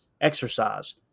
exercise